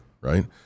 right